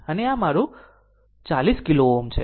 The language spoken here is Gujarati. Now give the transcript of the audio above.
અને આ મારું 40 કિલો Ω છે